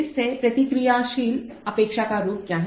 इससे प्रतिक्रियाशील अपेक्षा का रूप क्या है